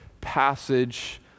passage